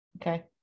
Okay